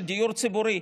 של דיור ציבורי.